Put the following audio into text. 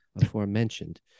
aforementioned